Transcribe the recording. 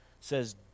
says